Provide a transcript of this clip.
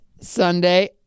Sunday